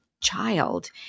child